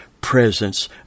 presence